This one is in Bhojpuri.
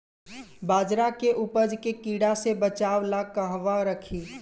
बाजरा के उपज के कीड़ा से बचाव ला कहवा रखीं?